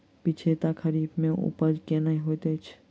पिछैती खरीफ मे उपज केहन होइत अछि?